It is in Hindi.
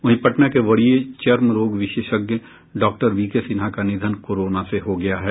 वहीं पटना के वरीय चर्म रोग विशेषज्ञ डॉक्टर बीके सिन्हा का निधन कोरोना से हो गया है